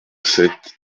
sept